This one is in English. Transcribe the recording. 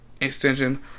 extension